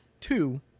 two